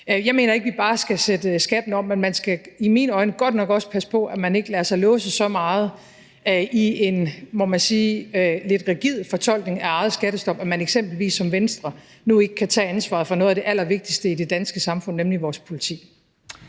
Jeg mener ikke, at vi bare skal sætte skatten op, men man skal i mine øjne godt nok også passe på med at lade sig låse så meget i en, må man sige, lidt rigid fortolkning af eget skattestop, at man eksempelvis som Venstre nu ikke kan tage ansvar for noget af det allervigtigste i det danske samfund, nemlig vores politi.